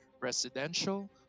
residential